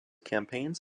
campaigns